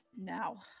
now